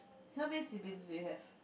how many siblings do you have